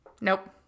Nope